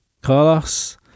Carlos